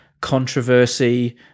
controversy